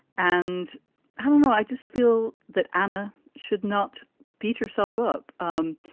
and i don't know. i just feel that anna should not beat yourself up. um